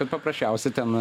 paprasčiausiai ten